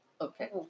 Okay